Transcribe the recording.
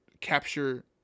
capture